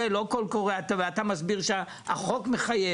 אני אכלתי את זה ונלחמתי עם זה.